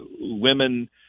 women